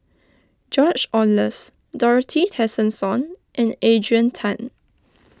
George Oehlers Dorothy Tessensohn and Adrian Tan